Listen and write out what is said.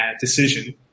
decision